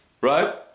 Right